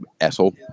asshole